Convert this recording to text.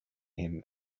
him